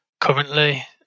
currently